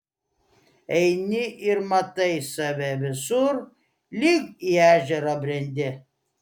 eini ir matai save visur lyg į ežerą brendi